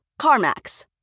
CarMax